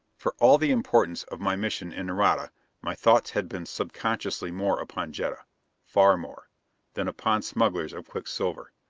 for all the importance of my mission in nareda my thoughts had been subconsciously more upon jetta far more than upon smugglers of quicksilver.